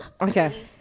Okay